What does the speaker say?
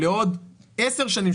לעוד עשר שנים,